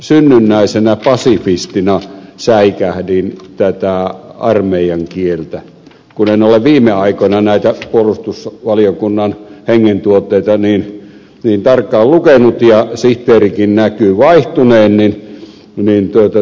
synnynnäisenä pasifistina säikähdin tätä armeijan kieltä kun en ole viime aikoina näitä puolustusvaliokunnan hengentuotteita niin tarkkaan lukenut ja sihteerikin näkyy vaihtuneen